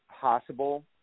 possible